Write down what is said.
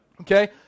Okay